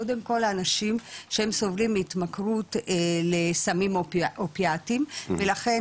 קודם כל האנשים שהם סובלים מהתמכרות לסמים אופיאטים ולכן